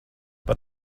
par